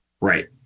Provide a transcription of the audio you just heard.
Right